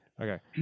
Okay